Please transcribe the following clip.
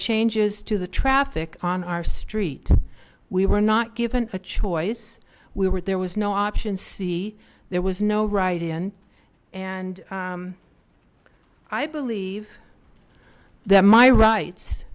changes to the traffic on our street we were not given a choice we were there was no option c there was no write in and i believe that my rights